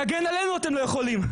להגן עלינו אתם לא יכולים.